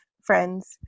friends